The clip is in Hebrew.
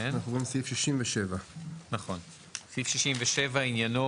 אנחנו עוברים לסעיף 67. סעיף 67 עניינו